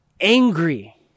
angry